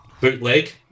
bootleg